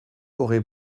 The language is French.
aurez